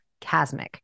chasmic